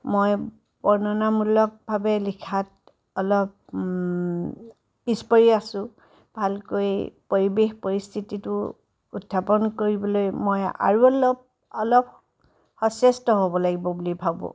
মই বৰ্ণনামূলকভাৱে লিখাত অলপ পিছ পৰি আছোঁ ভালকৈ পৰিৱেশ পৰিস্থিতিটো উত্থাপন কৰিবলৈ মই আৰু অলপ অলপ সচেষ্ট হ'ব লাগিব বুলি ভাবোঁ